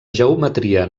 geometria